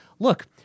Look